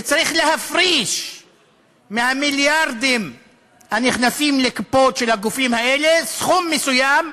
וצריך להפריש מהמיליארדים הנכנסים לקופות של הגופים האלה סכום מסוים.